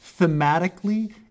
thematically